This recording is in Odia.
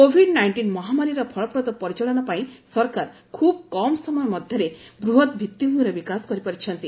କୋଭିଡ୍ ନାଇଷ୍ଟିନ୍ ମହାମାରୀର ଫଳପ୍ରଦ ପରିଚାଳନା ପାଇଁ ସରକାର ଖ୍ରବ୍ କମ୍ ସମୟ ମଧ୍ୟରେ ବୃହତ୍ ଭିଭିଭୂମିର ବିକାଶ କରିପାରିଛନ୍ତି